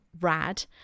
*Rad*